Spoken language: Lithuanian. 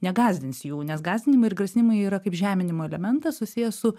negąsdins jų nes gąsdinimai ir grasinimai yra kaip žeminimo elementas susijęs su